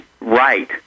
right